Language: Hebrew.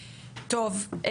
טוב,